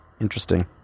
Interesting